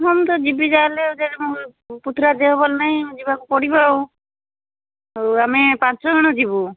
ହଁ ମୁଁ ତ ଯିବି ଯାହା ହେଲେ ଆଉ ହଉ ପୁତୁରା ଦେହ ଭଲ ନାହିଁ ହଁ ଯିବାକୁ ପଡ଼ିବ ଆଉ ହଉ ଆମେ ପାଞ୍ଚଜଣ ଯିବୁ